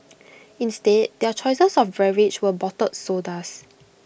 instead their choices of beverage were bottled sodas